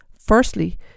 firstly